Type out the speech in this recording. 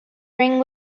bring